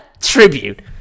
Tribute